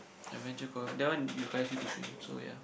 Adventure-Cove that one requires you to swim so ya